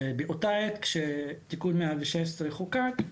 באותה העת שתיקון 116 חוקק,